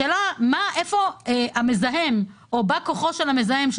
השאלה איפה המזהם או בא כוחו של המזהם,